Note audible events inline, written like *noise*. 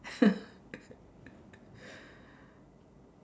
*laughs*